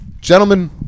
Gentlemen